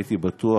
הייתי בטוח,